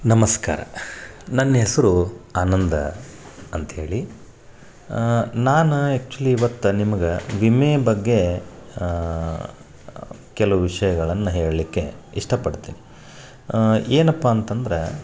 ನಮಸ್ಕಾರ ನನ್ನ ಹೆಸರು ಆನಂದ ಅಂತ ಹೇಳಿ ನಾನ ಆ್ಯಕ್ಚುಲಿ ಇವತ್ತು ನಿಮ್ಗೆ ವಿಮೆ ಬಗ್ಗೆ ಕೆಲ್ವು ವಿಷಯಗಳನ್ನ ಹೇಳಲಿಕ್ಕೆ ಇಷ್ಟಪಡ್ತೀನಿ ಏನಪ್ಪ ಅಂತಂದರೆ